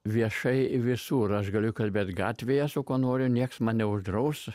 viešai visur aš galiu kalbėt gatvėje su kuo noriu nieks man neuždraus